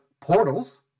Portals